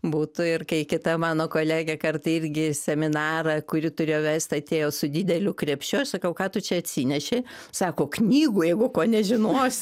būtų ir kita mano kolegė kartą irgi į seminarą kurį turėjo vest atėjo su dideliu krepšiu aš sakau ką tu čia atsineši sako knygų jeigu ko nežinos